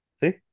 see